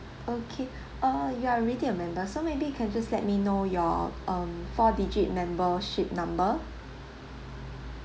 okay err you are already a member so maybe can just let let me know your um four digit membership number